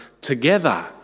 together